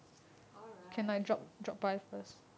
alright